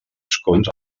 escons